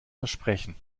versprechen